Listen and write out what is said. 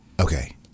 Okay